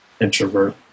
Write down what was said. introvert